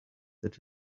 that